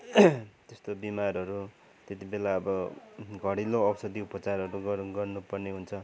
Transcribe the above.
त्यस्तो बिमारहरू त्यतिबेला अब घरेलु औषधि उपचारहरू गर गर्नुपर्ने हुन्छ